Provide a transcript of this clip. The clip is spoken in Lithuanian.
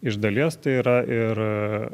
iš dalies tai yra ir